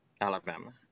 Alabama